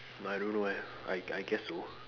but I don't know eh I I guess so